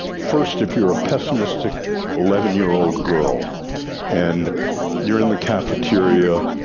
first, if you're a pessimistic eleven year old girl and you're in the cafeteria,